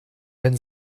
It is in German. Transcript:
wenn